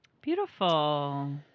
Beautiful